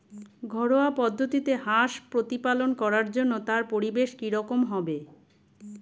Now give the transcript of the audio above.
ঘরোয়া পদ্ধতিতে হাঁস প্রতিপালন করার জন্য তার পরিবেশ কী রকম হবে?